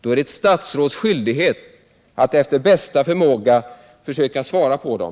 då är det ett statsråds skyldighet att efter bästa förmåga försöka svara på dem.